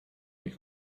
ich